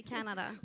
Canada